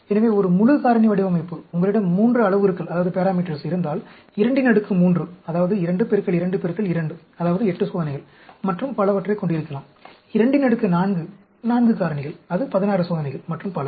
எனவே ஒரு முழு காரணி வடிவமைப்பு உங்களிடம் 3 அளவுருக்கள் இருந்தால் 23 அதாவது 2 2 2 அதாவது 8 சோதனைகள் மற்றும் பலவற்றைக் கொண்டிருக்கலாம் 24 4 காரணிகள் அது 16 சோதனைகள் மற்றும் பல